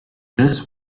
this